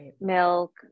milk